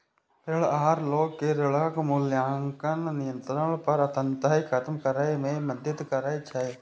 ऋण आहार लोग कें ऋणक मूल्यांकन, नियंत्रण आ अंततः खत्म करै मे मदति करै छै